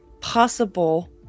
possible